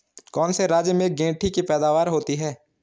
कौन से राज्य में गेंठी की पैदावार होती है?